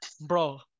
bro